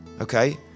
okay